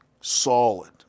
solid